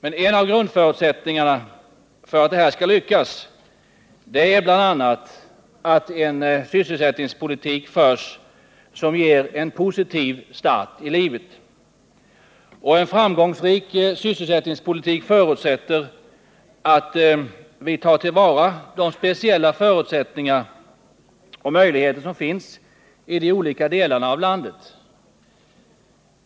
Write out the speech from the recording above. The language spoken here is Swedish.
En av grundförutsättningarna för att detta skall lyckas är att en sysselsättningspolitik förs som ger en positiv start i livet. En framgångsrik arbetsmarknadspolitik måste bygga på att vi tar till vara de speciella förutsättningar och möjligheter som finns i de olika delarna av landet.